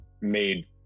made